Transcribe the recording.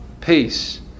Peace